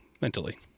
mentally